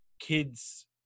kids